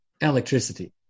electricity